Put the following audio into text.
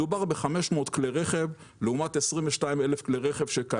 מדובר ב-500 כלי רכב לעומת 22,000 כלי רכב שקיימים